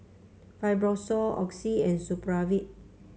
Fibrosol Oxy and Supravit